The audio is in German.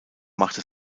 machte